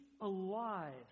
alive